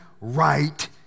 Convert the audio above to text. right